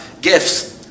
gifts